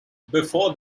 before